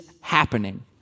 happening